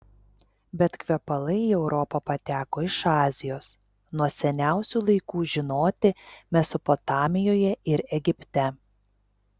bet kvepalai į europą pateko iš azijos nuo seniausių laikų žinoti mesopotamijoje ir egipte